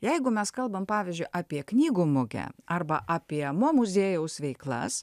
jeigu mes kalbam pavyzdžiui apie knygų mugę arba apie mo muziejaus veiklas